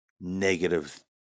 negative